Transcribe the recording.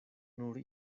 nur